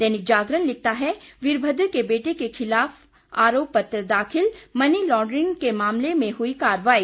दैनिक जागरण लिखता है वीरमद्र के बेटे के खिलाफ आरोप पत्र दाखिल मनी लांड्रिग के मामले में हुई कार्रवाई